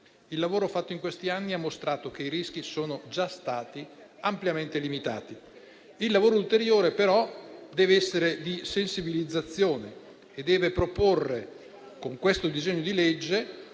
Il lavoro fatto in questi anni ha mostrato che i rischi sono già stati ampiamente limitati. Il lavoro ulteriore però dev'essere di sensibilizzazione e deve proporre con questo disegno di legge